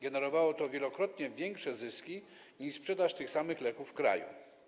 Generowało to wielokrotnie większe zyski niż sprzedaż tych samych leków w kraju.